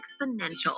exponential